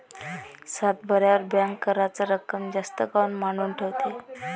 सातबाऱ्यावर बँक कराच रक्कम जास्त काऊन मांडून ठेवते?